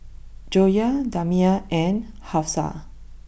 Joyah Damia and Hafsa